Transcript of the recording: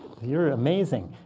you're amazing.